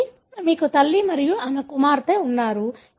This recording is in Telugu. కాబట్టి మీకు తల్లి మరియు ఆమె కుమార్తె ఉన్నారు